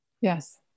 Yes